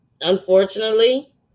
unfortunately